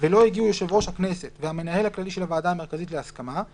ולא הגיעו יושב ראש הכנסת והמנהל הכללי של הוועדה המרכזית להסכמה,